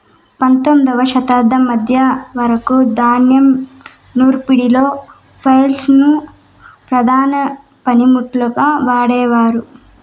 పందొమ్మిదవ శతాబ్దం మధ్య వరకు ధాన్యం నూర్పిడిలో ఫ్లైల్ ను ప్రధాన పనిముట్టుగా వాడేవారు